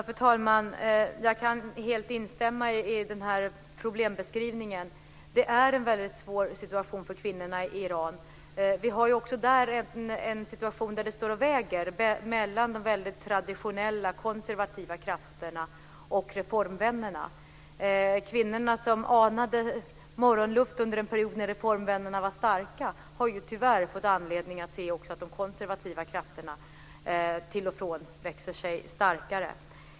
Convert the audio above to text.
Fru talman! Jag kan helt instämma i problembeskrivningen. Det är en väldigt svår situation för kvinnorna i Iran. Vi har en situation där det står och väger mellan de väldigt traditionella konservativa krafterna och reformvännerna. Kvinnor som anade morgonluft under en period när reformvännerna var starka har tyvärr fått se att de konservativa krafterna till och från växer sig starkare.